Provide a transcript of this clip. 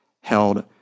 held